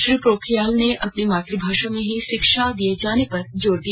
श्री पोखरियाल ने अपनी मातुभाषा में ही शिक्षा दिए जाने पर जोर दिया